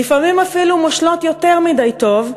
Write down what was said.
לפעמים אפילו מושלות יותר מדי טוב.